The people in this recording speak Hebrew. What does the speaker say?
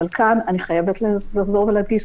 אבל כאן אני חייבת לחזור ולהדגיש,